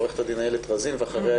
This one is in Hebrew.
עורכת הדין אילת אזין ואחריה,